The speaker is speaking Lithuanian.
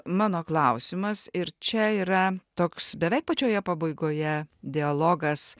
mano klausimas ir čia yra toks beveik pačioje pabaigoje dialogas